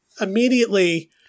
immediately